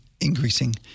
increasing